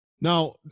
Now